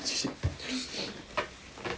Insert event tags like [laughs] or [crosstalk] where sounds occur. [laughs]